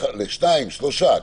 לשניים-שלושה.